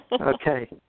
Okay